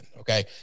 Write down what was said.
okay